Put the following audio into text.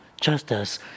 justice